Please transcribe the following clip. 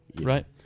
Right